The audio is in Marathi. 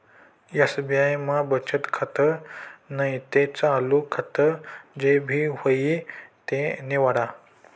एस.बी.आय मा बचत खातं नैते चालू खातं जे भी व्हयी ते निवाडा